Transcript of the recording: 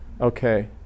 Okay